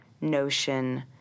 notion